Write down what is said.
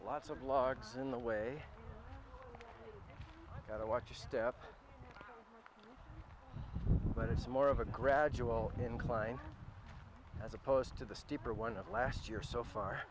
lots of logs in the way that i watch a step but it's more of a gradual incline as opposed to the steeper one of last year so far